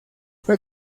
fue